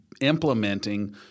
implementing